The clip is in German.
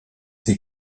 sie